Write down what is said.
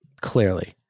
Clearly